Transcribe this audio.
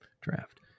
Draft